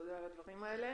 תודה על הדברים האלה.